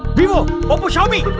we will but will surely